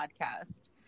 podcast